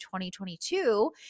2022